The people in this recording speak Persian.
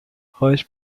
خواهش